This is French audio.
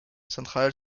centrale